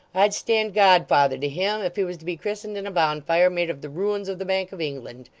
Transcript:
i'd stand godfather to him, if he was to be christened in a bonfire, made of the ruins of the bank of england